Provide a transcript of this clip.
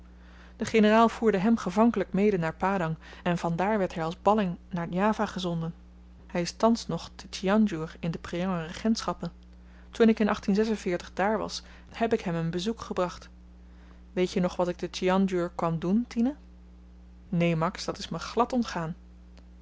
de generaal voerde hem gevankelyk mede naar padang en vandaar werd hy als balling naar java gezonden hy is thans nog te tjanjor in de preanger regentschappen toen ik in daar was heb ik hem een bezoek gebracht weet je nog wat ik te tjanjor kwam doen tine neen max dat is me glad ontgaan